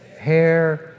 hair